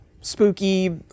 spooky